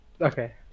okay